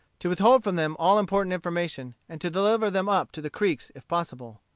to withhold from them all important information, and to deliver them up to the creeks if possible.